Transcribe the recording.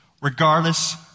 regardless